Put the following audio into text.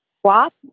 swap